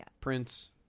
Prince